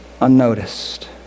unnoticed